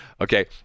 Okay